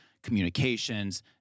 communications